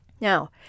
Now